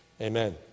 Amen